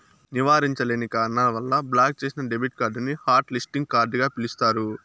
నివారించలేని కారణాల వల్ల బ్లాక్ చేసిన డెబిట్ కార్డుని హాట్ లిస్టింగ్ కార్డుగ పిలుస్తారు